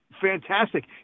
fantastic